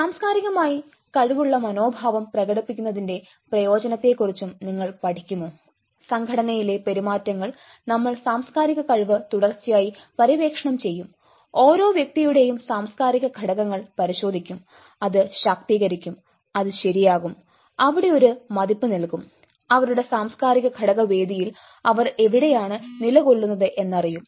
സാംസ്കാരികമായി കഴിവുള്ള മനോഭാവം പ്രകടിപ്പിക്കുന്നതിന്റെ പ്രയോജനത്തെക്കുറിച്ചും നിങ്ങൾ പഠിക്കുമോ സംഘടനയിലെ പെരുമാറ്റങ്ങൾ നമ്മൾ സാംസ്കാരിക കഴിവ് തുടർച്ചയായി പര്യവേക്ഷണം ചെയ്യും ഓരോ വ്യക്തിയുടെയും സാംസ്കാരിക ഘടകങ്ങൾ പരിശോധിക്കും അത് ശാക്തീകരിക്കും അത് ശരിയാകും അവിടെ ഒരു മതിപ്പ് നൽകും അവരുടെ സാംസ്കാരിക ഘടക വേദിയിൽ അവർ എവിടെയാണ് നിലകൊള്ളുന്നത് എന്നറിയും